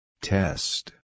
Test